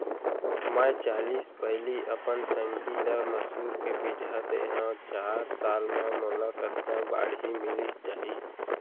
मैं चालीस पैली अपन संगी ल मसूर के बीजहा दे हव चार साल म मोला कतका बाड़ही मिलिस जाही?